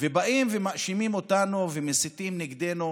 באים ומאשימים אותנו ומסיתים נגדנו